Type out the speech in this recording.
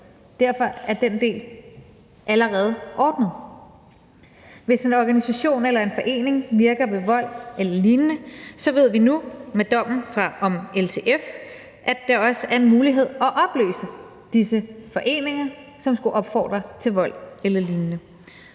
Derfor den del allerede ordnet. Hvis en organisation eller forening virker ved vold eller lignende, så ved vi nu, med dommen i LTF-sagen, at der også er mulighed for at opløse disse foreninger, som skulle opfordre til vold eller lignende.